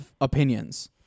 opinions